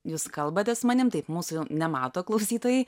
jūs kalbate su manim taip mūsų nemato klausytojai